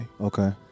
okay